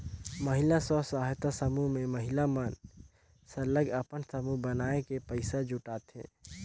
महिला स्व सहायता समूह में महिला मन सरलग अपन समूह बनाए के पइसा जुटाथें